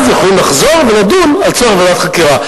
אז יכולים לחזור ולדון על צורך בוועדת חקירה.